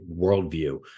worldview